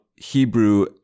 Hebrew